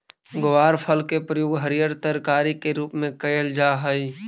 ग्वारफल के प्रयोग हरियर तरकारी के रूप में कयल जा हई